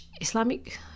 Islamic